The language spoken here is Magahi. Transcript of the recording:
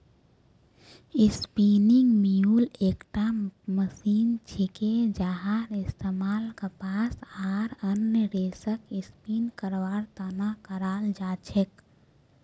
स्पिनिंग म्यूल एकटा मशीन छिके जहार इस्तमाल कपास आर अन्य रेशक स्पिन करवार त न कराल जा छेक